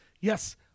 yes